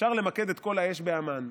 אפשר למקד את האש בהמן,